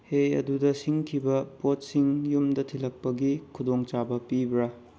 ꯍꯦ ꯑꯗꯨꯗ ꯁꯤꯡꯈꯤꯕ ꯄꯣꯠꯁꯤꯡ ꯌꯨꯝꯗ ꯊꯤꯜꯂꯛꯄꯒꯤ ꯈꯨꯗꯣꯡ ꯆꯥꯕ ꯄꯤꯕ꯭ꯔꯥ